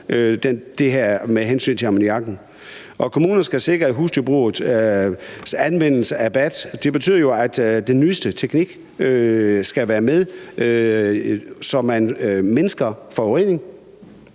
det her med hensynet i forhold til ammoniakken. Og kommunerne skal sikre husdyrbrugets anvendelse af BAT – det betyder jo, at den nyeste teknik skal være med, så man mindsker forureningen.